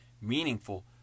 meaningful